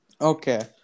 Okay